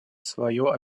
свое